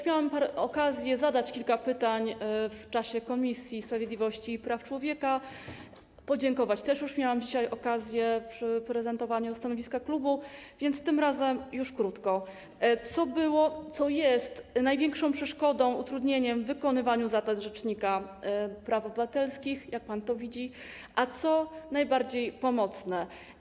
Miałam już okazję zadać kilka pytań w czasie posiedzenia Komisji Sprawiedliwości i Praw Człowieka, podziękować też już miałam dzisiaj okazję podczas prezentowania stanowiska klubu, więc tym razem już krótko: Co było, co jest największą przeszkodą, utrudnieniem w wykonywaniu zadań rzecznika praw obywatelskich, jak pan to widzi, a co najbardziej pomocne?